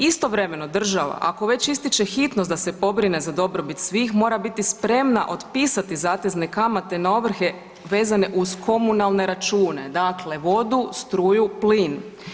Istovremeno država ako već ističe hitnost da se pobrine za dobrobit svih mora biti spremna otpisati zatezne kamate na ovrhe vezane uz komunalne račune, dakle vodu, struju, plin.